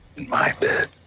in my bed.